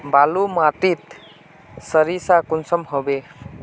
बालू माटित सारीसा कुंसम होबे?